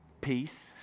Peace